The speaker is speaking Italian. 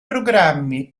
programmi